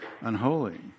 unholy